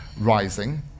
rising